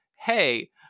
hey